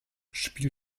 spiel